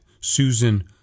Susan